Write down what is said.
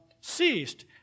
ceased